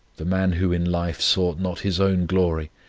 the man who in life sought not his own glory,